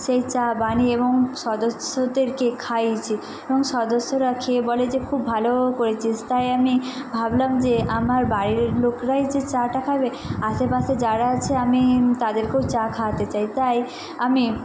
সেই চা বানিয়ে এবং সদস্যদেরকে খাইয়েছি এবং সদস্যরা খেয়ে বলে যে খুব ভালো করেছিস তাই আমি ভাবলাম যে আমার বাইরের লোকরাই যে চা টা খাবে আশেপাশে যারা আছে আমি তাদেরকেও চা খাওয়াতে চাই তাই আমি